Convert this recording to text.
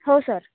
हो सर